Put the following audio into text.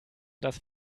das